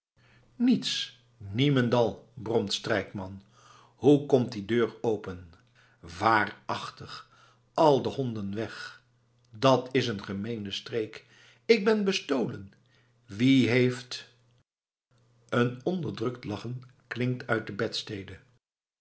niets niemendal bromt strijkman hoe komt die deur open waarachtig al de honden weg dat is een gemeene streek ik ben bestolen wie heeft een onderdrukt lachen klinkt uit de bedstede